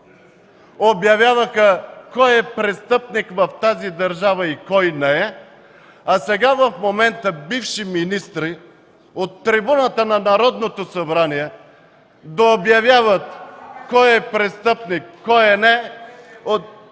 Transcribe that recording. обявяваха кой е престъпник в тази държава и кой не е, а сега, в момента, бивши министри от трибуната на Народното събрание да обявяват кой е престъпник, кой не